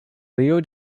leo